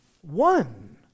one